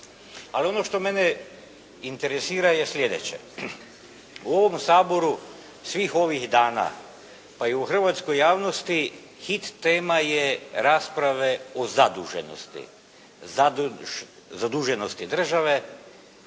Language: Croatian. Ali ono što mene interesira je slijedeće. U ovom Saboru svih ovih dana, pa i u hrvatskoj javnosti hit tema je rasprave o zaduženosti,